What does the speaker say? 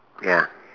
ya